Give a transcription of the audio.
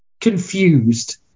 confused